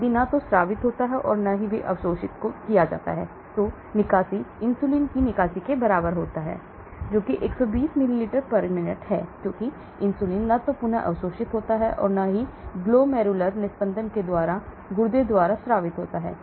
यदि न तो स्रावित होता है और न ही फिर से अवशोषित किया जाता है तो निकासी इंसुलिन की निकासी के बराबर होती है जो कि 120 मिली मिनट है क्योंकि इंसुलिन न तो पुनः अवशोषित होता है और न ही ग्लोमेर्युलर निस्पंदन के बाद गुर्दे द्वारा स्रावित होता है